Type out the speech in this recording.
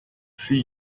she